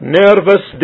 nervous